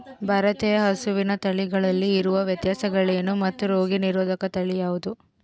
ಭಾರತೇಯ ಹಸುವಿನ ತಳಿಗಳಲ್ಲಿ ಇರುವ ವ್ಯತ್ಯಾಸಗಳೇನು ಮತ್ತು ರೋಗನಿರೋಧಕ ತಳಿ ಯಾವುದು?